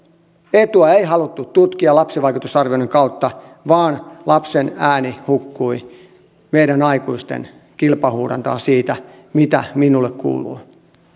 etua ei haluttu tutkia lapsivaikutusarvioinnin kautta vaan lapsen ääni hukkui meidän aikuisten kilpahuudantaan siitä mitä minulle kuuluu